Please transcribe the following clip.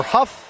Huff